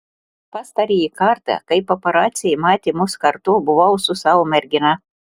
pastarąjį kartą kai paparaciai matė mus kartu buvau su savo mergina